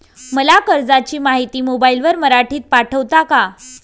मला कर्जाची माहिती मोबाईलवर मराठीत पाठवता का?